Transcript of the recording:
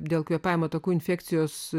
dėl kvėpavimo takų infekcijos